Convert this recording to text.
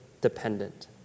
dependent